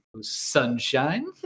sunshine